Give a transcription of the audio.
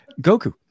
Goku